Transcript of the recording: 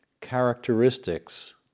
characteristics